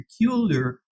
peculiar